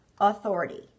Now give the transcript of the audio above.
authority